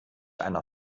einer